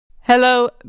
Hello